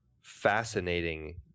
fascinating